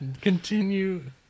Continue